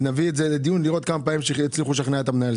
נביא את זה לדיון כדי לראות כמה פעמים הצליחו לשכנע את המנהל.